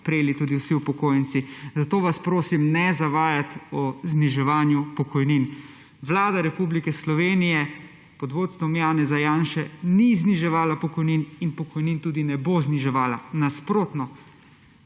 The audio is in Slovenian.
prejeli tudi vsi upokojenci. Zato vas prosim, ne zavajati o zniževanju pokojnin. Vlada Republike Slovenije pod vodstvom Janeza Janše ni zniževala pokojnin in pokojnin tudi ne bo zniževala. Nasprotno,